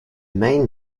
main